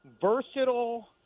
versatile